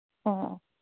ꯑꯣ